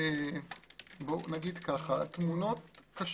התמונות קשות.